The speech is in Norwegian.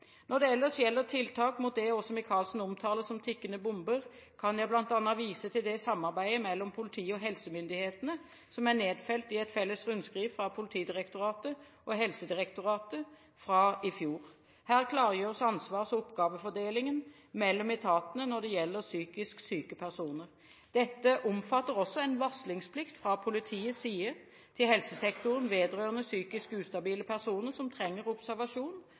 Når det ellers gjelder tiltak mot det Åse Michaelsen omtaler som «tikkende bomber», kan jeg bl.a. vise til det samarbeidet mellom politiet og helsemyndighetene som er nedfelt i et felles rundskriv fra Politidirektoratet og Helsedirektoratet fra i fjor. Her klargjøres ansvars- og oppgavefordelingen mellom etatene når det gjelder psykisk syke personer. Dette omfatter også en varslingsplikt fra politiets side til helsesektoren vedrørende psykisk ustabile personer som trenger observasjon